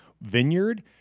vineyard